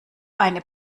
eine